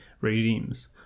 regimes